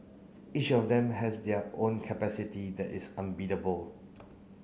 each of them has their own capacity that is unbeatable